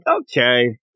okay